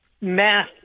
math